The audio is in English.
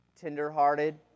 tender-hearted